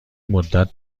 مدت